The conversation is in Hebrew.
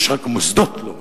יש רק מוסדות לא מתאימים.